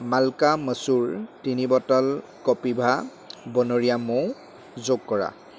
মাল্কা মচুৰ তিনি বটল কপিভা বনৰীয়া মৌ যোগ কৰা